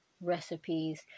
recipes